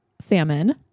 salmon